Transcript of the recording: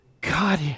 God